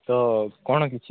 ତ କ'ଣ କିଛି